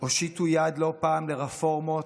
הושיטו יד לא פעם לרפורמות,